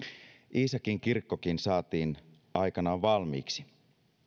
iisakin kirkkokin saatiin aikanaan valmiiksi